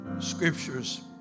scriptures